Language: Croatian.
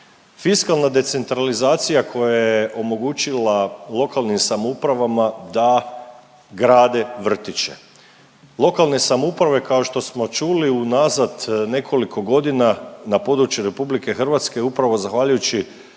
fiskalna decentralizacija koja je omogućila lokalnim samoupravama da grade vrtiće. Lokalne samouprave kao što smo čuli unazad nekoliko godina na području RH upravo zahvaljujući